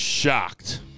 shocked